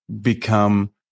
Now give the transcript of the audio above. become